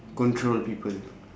control the people